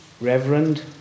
Reverend